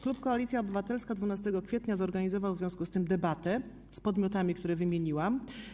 Klub Koalicja Obywatelska 12 kwietnia zorganizował w związku z tym debatę z podmiotami, które wymieniłam.